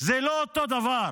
הוא לא אותו דבר.